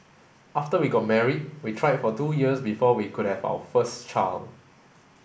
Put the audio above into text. after we got married we tried for two years before we could have our first child